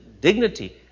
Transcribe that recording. dignity